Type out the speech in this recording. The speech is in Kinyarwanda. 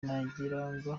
nagiraga